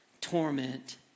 torment